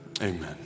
Amen